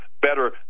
better